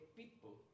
people